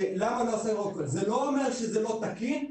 זה לא אומר שזה לא תקין,